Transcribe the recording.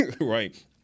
right